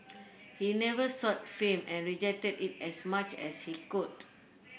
he never sought fame and rejected it as much as he could